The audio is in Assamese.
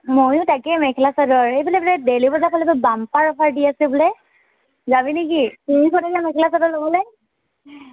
ময়ো তাকেই মেখেলা চাদৰ সেইফালে বোলে দেইলি বজাৰৰ ফালে বাম্পাৰ অফাৰ দি আছে বোলে যাবি নেকি তিনিশ টকীয়া মেখেলা চাদৰ ল'বলৈ